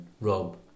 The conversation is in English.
Rob